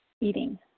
eating